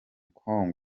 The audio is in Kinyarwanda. kong